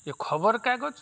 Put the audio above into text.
ଏ ଖବର କାଗଜ